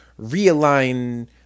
realign